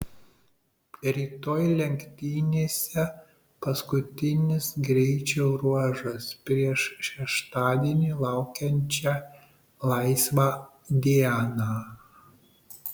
rytoj lenktynėse paskutinis greičio ruožas prieš šeštadienį laukiančią laisvą dieną